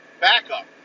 backup